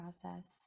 process